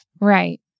right